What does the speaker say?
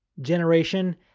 generation